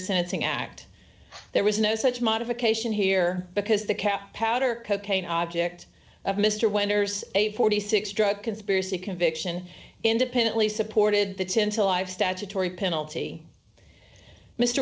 sentencing act there is no such modification here because the cap powder cocaine object mr wenders a forty six drug conspiracy conviction independently supported the ten to life statutory penalty mr